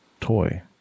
toy